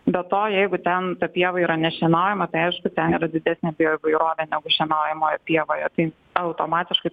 be to jeigu ten pieva yra nešienaujama tai aišku ten yra didesnė bioįvairovė šienaujamoje pievoje tai automatiškai